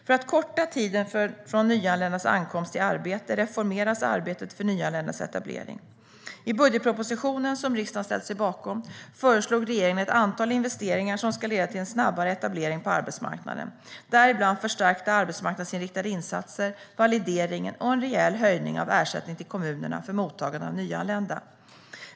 För att korta tiden från ankomst till arbete reformeras arbetet för nyanländas etablering. I budgetpropositionen, som riksdagen ställt sig bakom, föreslog regeringen ett antal investeringar som ska leda till en snabbare etablering på arbetsmarknaden, däribland förstärkta arbetsmarknadsinriktade insatser, validering och en rejäl höjning av ersättningen till kommunerna för mottagande av nyanlända.